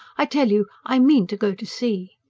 i tell you i mean to go to sea.